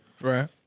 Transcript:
Right